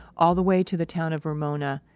all the way to the town of ramona,